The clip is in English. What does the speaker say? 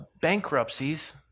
bankruptcies